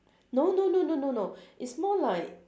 no no no no no no is more like